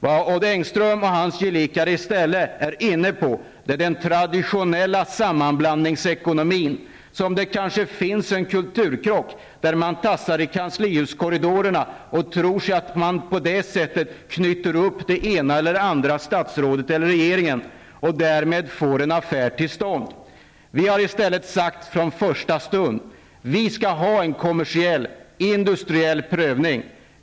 Vad Odd Engström och hans gelikar i stället är inne på är den traditionella sammanblandningsekonomin, där det kanske finns en kulturkrock -- man tassar i kanslihuskorridorerna och tror att man på det sätter knyter upp det ena eller det andra statsrådet, eller regeringen, och därmed får en affär till stånd. Vi har i stället från första stund sagt: Vi skall ha en kommersiell industriell prövning.